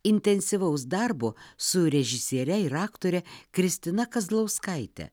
intensyvaus darbo su režisiere ir aktore kristina kazlauskaite